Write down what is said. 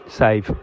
save